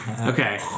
Okay